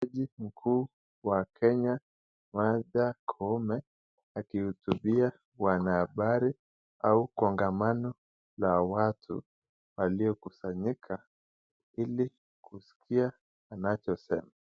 Jaji mkuu wa Kenya Martha Koome akihutubia wanahabari au kongamano la watu waliokusanyika ili kuskia anachosema.